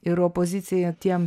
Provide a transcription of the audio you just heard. ir opozicija tiem